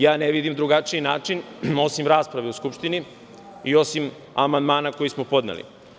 Ja ne vidim drugačiji način, osim rasprave u Skupštini i osim amandmana koji smo podneli.